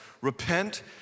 repent